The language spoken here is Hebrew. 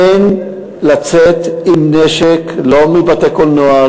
אין לצאת עם נשק לא מבתי-קולנוע,